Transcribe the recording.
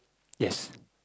yes